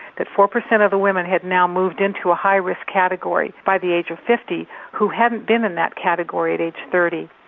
that four percent of the women had now moved into a high risk category by the age of fifty who hadn't been in that category at age thirty.